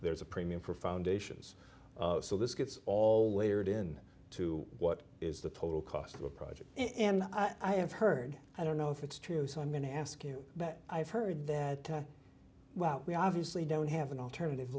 there's a premium for foundations so this gets all layered in to what is the total cost of the project and i have heard i don't know if it's true so i'm going to ask you that i've heard that well we obviously don't have an alternative